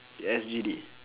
ya S_G_D